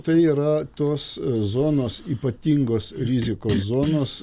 tai yra tos zonos ypatingos rizikos zonos